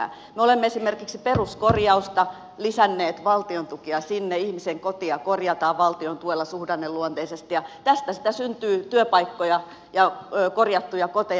me olemme esimerkiksi lisänneet valtion tukea peruskorjaukseen ihmisen kotia korjataan valtion tuella suhdanneluonteisesti ja tästä sitä syntyy työpaikkoja ja korjattuja koteja